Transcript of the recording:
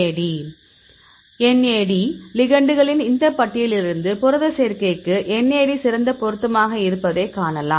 NAD லிகெண்டுகளின் இந்த பட்டியலிலிருந்து புரத சேர்க்கைக்கு NAD சிறந்த பொருத்தமாக இருப்பதைக் காணலாம்